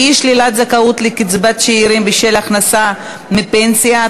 אי-שלילת זכאות לקצבת שאירים בשל הכנסה מפנסיה),